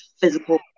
physical